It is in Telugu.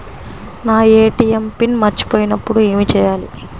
నా ఏ.టీ.ఎం పిన్ మర్చిపోయినప్పుడు ఏమి చేయాలి?